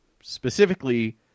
specifically